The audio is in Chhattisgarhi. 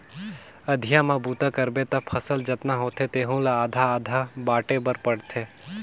अधिया म बूता करबे त फसल जतना होथे तेहू ला आधा आधा बांटे बर पड़थे